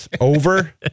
over